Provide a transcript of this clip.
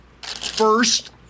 first